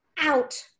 out